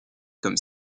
comme